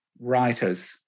writers